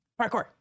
Parkour